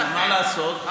אבל מה לעשות?